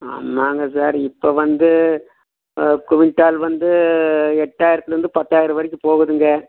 ஆமாங்க சார் இப்போ வந்து குவிண்டால் வந்து எட்டாயிரத்துலேந்து பத்தாயிரம் வரைக்கும் போகுதுங்க